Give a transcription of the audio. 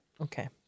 Okay